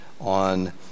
on